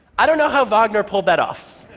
i don't know how wagner pulled that off.